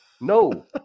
No